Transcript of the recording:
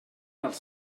els